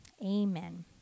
Amen